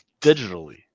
digitally